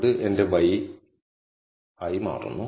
അത് എന്റെ y ആയി മാറുന്നു